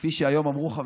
כפי שאמרו היום חבריי,